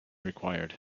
required